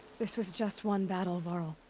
this was just one battle, varl.